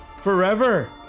forever